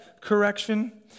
correction